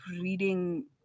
reading